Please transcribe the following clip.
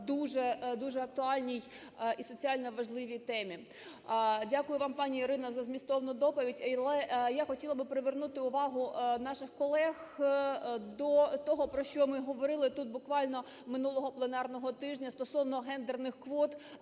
дуже актуальній і соціально важливій темі. Дякую вам, пані Ірино, за змістовну доповідь. Але я хотіла би привернути увагу наших колег до того, про що ми говорили тут буквально минулого пленарного тижня: стосовно гендерних квот